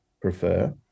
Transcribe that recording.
prefer